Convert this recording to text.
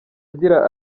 agira